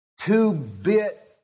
two-bit